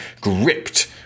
gripped